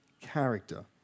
character